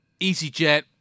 EasyJet